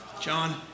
John